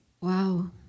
Wow